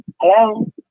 Hello